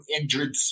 injured